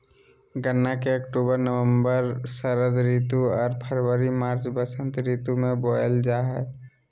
गन्ना के अक्टूबर नवम्बर षरद ऋतु आर फरवरी मार्च बसंत ऋतु में बोयल जा हइ